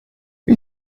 wie